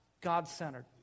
God-centered